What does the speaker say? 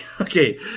okay